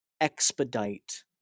Expedite